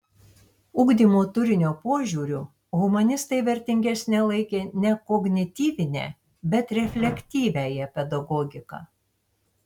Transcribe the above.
ugdymo turinio požiūriu humanistai vertingesne laikė ne kognityvinę bet reflektyviąją pedagogiką